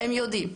הם יודעים.